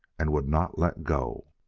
and would not let go.